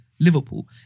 Liverpool